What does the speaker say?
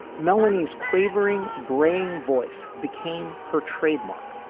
melanie's quavering braying voice became her trademark.